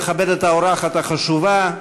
לכבד את האורחת החשובה.